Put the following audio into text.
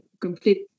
complete